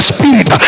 Spirit